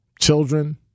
Children